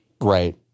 Right